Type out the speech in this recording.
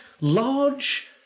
large